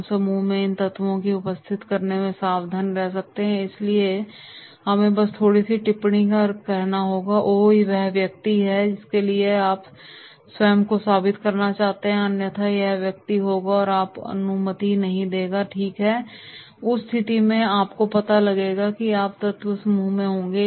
हम समूह में इन तत्वों की उपस्थिति के बारे में सावधान कर सकते हैं और इसलिए हमें बस थोड़ी सी टिप्पणी से कहना होगा कि ओह वह व्यक्ति है इसलिए अब आपको स्वयं को साबित करना चाहते हैं अन्यथा वह व्यक्ति होगा आपको अनुमति नहीं देगा ठीक है "और इसलिए उस स्थिति में आपको पता लगेगा कि यह सब तत्व समूह में होंगे